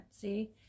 See